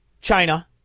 China